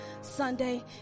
Sunday